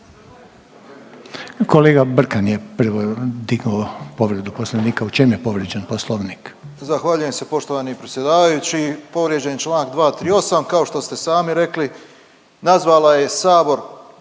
Kolega Brkan je digao povredu Poslovnika. U čem je povrijeđen Poslovnik?